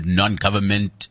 non-government